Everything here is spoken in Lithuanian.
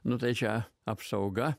nu tai čia apsauga